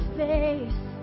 face